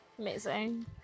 Amazing